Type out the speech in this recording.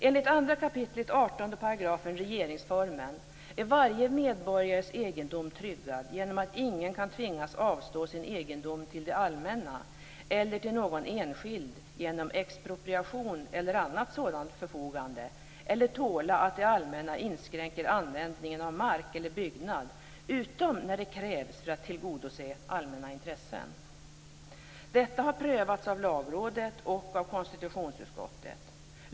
Enligt 2 kap. 18 § regeringsformen är varje medborgares egendom tryggad genom att ingen kan tvingas avstå sin egendom till det allmänna eller till någon enskild genom expropriation eller annat sådant förfogande eller tåla att det allmänna inskränker användningen av mark eller byggnad utom när det krävs för att tillgodose allmänna intressen. Detta har prövats av Lagrådet och av konstitutionsutskottet.